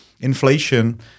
inflation